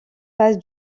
passe